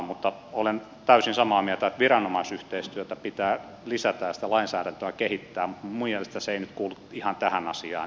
mutta olen täysin samaa mieltä että viranomaisyhteistyötä pitää lisätä ja sitä lainsäädäntöä kehittää mutta minun mielestäni se ei nyt kuulu ihan tähän asiaan